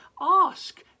ask